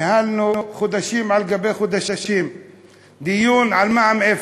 ניהלנו חודשים על גבי חודשים דיון על מע"מ אפס,